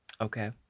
okay